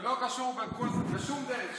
זה לא קשור בשום דרך שהיא.